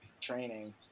training